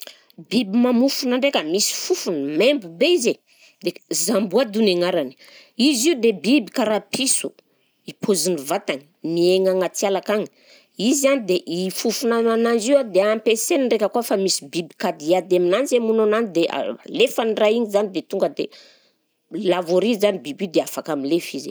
Biby mamofona ndraika misy fofona maimbo be izy dia zamboady ho ny agnarany, izy io de biby karaha piso, i paozin'ny vatany, miaigna agnaty ala akagny, izy a de i fofona anazy io a dia ampiasainy ndraika koa fa misy biby kady hiady aminazy hamono anany de alefany ndray igny zany de tonga de lavo ary zany biby io dia afaka milefa izy